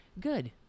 Good